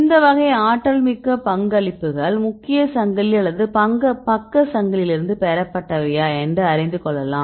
இந்த வகை ஆற்றல்மிக்க பங்களிப்புகள் முக்கிய சங்கிலி அல்லது பக்க சங்கிலியிலிருந்து பெறப்பட்டவையா என்று அறிந்து கொள்ளலாம்